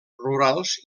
rurals